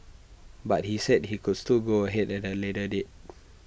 but he said he coulds still go ahead at A later date